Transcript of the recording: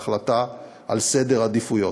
בהחלטה על סדר עדיפויות.